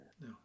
no